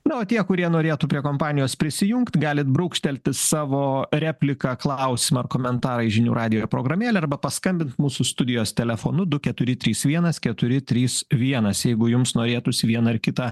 na o tie kurie norėtų prie kompanijos prisijungt galit brūkštelti savo repliką klausimą ar komentarą į žinių radijo ir programėlę arba paskambinti mūsų studijos telefonu du keturi trys vienas keturi trys vienas jeigu jums norėtųsi vieną ar kitą